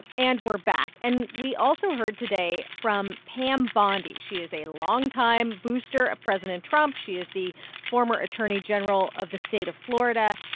and we're back. and we also heard today from pam bondi. she is a longtime booster of president trump. she is the former attorney general of the state of florida,